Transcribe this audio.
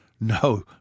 No